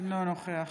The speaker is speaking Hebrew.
אינו נוכח